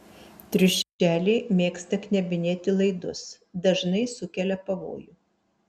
triušeliai mėgsta knebinėti laidus dažnai sukelia pavojų